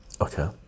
okay